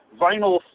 vinyl